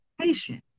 patient